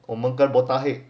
我们跟 botak head